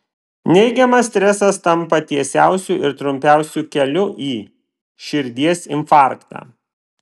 neigiamas stresas tampa tiesiausiu ir trumpiausiu keliu į širdies infarktą